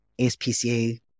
ASPCA